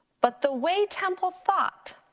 but the way temple thought,